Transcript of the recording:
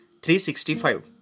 365